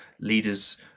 leaders